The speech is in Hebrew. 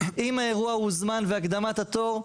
אם האירוע הוא זמן והקדמת התור,